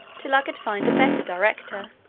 till i could find a better director.